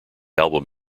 album